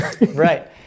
Right